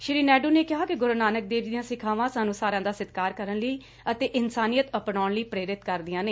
ਸ੍ਰੀ ਨਾਇਡੂ ਨੇ ਕਿਹਾ ਕਿ ਗੁਰੂ ਨਾਨਕ ਦੇਵ ਜੀ ਦੀਆਂ ਸਿੱਖਿਆਵਾਂ ਸਾਨੂੰ ਸਾਰਿਆਂ ਦਾ ਸਤਿਕਾਰ ਕਰਨ ਅਤੇ ਇਨਸਾਨੀਅਤ ਅਪਨਾਉਣ ਲਈ ਪ੍ਰੇਰਿਤ ਕਰਦੀਆਂ ਨੇ